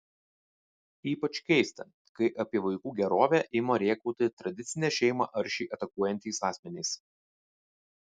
ypač keista kai apie vaikų gerovę ima rėkauti tradicinę šeimą aršiai atakuojantys asmenys